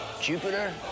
Jupiter